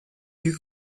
you